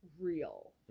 real